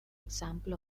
example